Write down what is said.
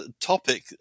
topic